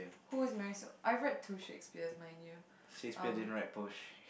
who is my soul I read two Shakespeare mind you um